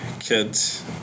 kids